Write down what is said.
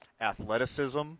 athleticism